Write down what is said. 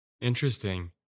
Interesting